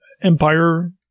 Empire